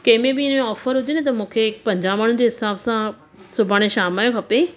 कंहिंमें बि हीअं ऑफर हुजे न त मूंखे पंजाह माण्हुनि जे हिसाब सां सुभाणे शाम जो खपे